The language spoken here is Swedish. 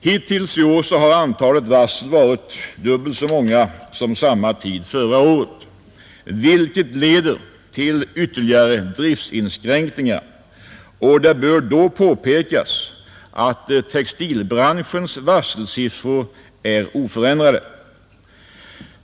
Hittills i år har antalet varsel varit dubbelt så många som samma tid förra året, vilket leder till ytterligare driftsinskränkningar, och det bör då påpekas att textilbranschens varselsiffror är oförändrade.